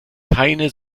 keine